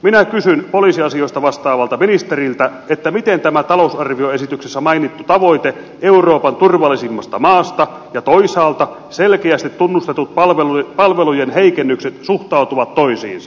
minä kysyn poliisiasioista vastaavalta ministeriltä miten tämä talousarvioesityksessä mainittu tavoite euroopan turvallisimmasta maasta ja toisaalta selkeästi tunnustetut palvelujen heikennykset suhtautuvat toisiinsa